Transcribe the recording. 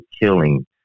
killing